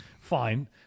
fine